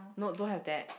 no don't have that